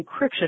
encryption